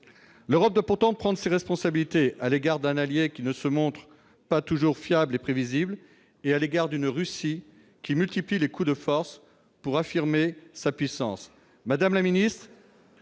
L'Europe doit pourtant prendre ses responsabilités à l'égard d'un allié qui ne se montre pas toujours fiable et prévisible, et à l'égard d'une Russie qui multiplie les coups de force pour affirmer sa puissance.